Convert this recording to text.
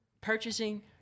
purchasing